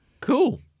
Cool